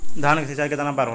धान क सिंचाई कितना बार होला?